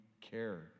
care